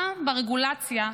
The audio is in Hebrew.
גם ברגולציה,